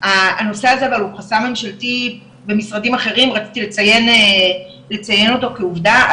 הנושא הזה אבל הוא חסם ממשלתי במשרדים אחרים רציתי לציין אותו כעובדה,